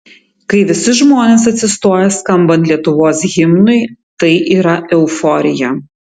kai visi žmonės atsistoja skambant lietuvos himnui tai yra euforija